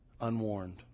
unwarned